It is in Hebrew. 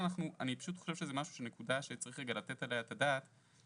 פשוט חושב שזו נקודה שצריך רגע לתת עליה את הדעת,